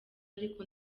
ariko